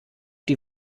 die